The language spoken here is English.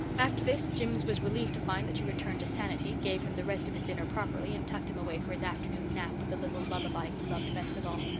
after this jims was relieved to find that she returned to sanity, gave him the rest of his dinner properly, and tucked him away for his afternoon nap with the little lullaby he loved best of all.